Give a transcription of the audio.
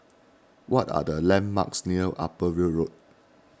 what are the landmarks near Upper Weld Road